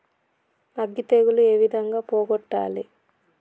అగ్గి తెగులు ఏ విధంగా పోగొట్టాలి?